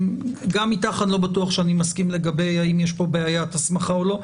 גם איתך אני לא בטוח שאני מסכים לגבי האם יש פה בעיית הסמכה או לא.